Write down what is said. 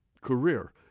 career